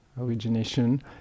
origination